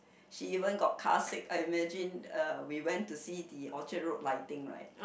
she even got car sick I imagine uh we went to see the Orchard-Road lighting right